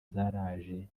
zaraje